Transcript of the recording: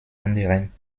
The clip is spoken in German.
anderen